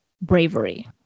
bravery